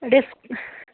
ڈِس